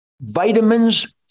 vitamins